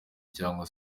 cyangwa